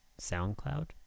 soundcloud